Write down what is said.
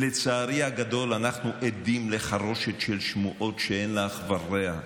לצערי הגדול אנחנו עדים לחרושת של שמועות שאין לה אח ורע,